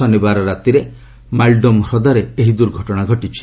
ଶନିବାର ରାତିରେ ମାଇଡୋମ୍ ହ୍ରଦରେ ଏହି ଦୁର୍ଘଟଣା ଘଟିଛି